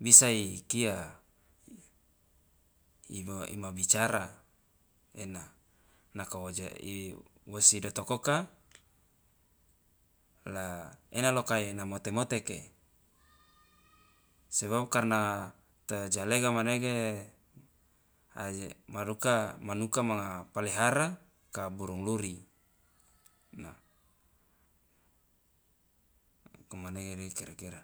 bisa ikia ima bicara ena nako woja i wosi dotokoka la ena lo kai ena mote moteke sebab karna tojalega manege aje maruka manuka manga palihara ka burung luri na komanege dika kira kira.